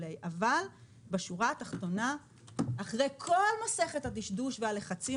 אבל בשורה התחתונה אחרי כל מסכת הדשדוש והלחצים